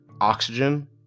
oxygen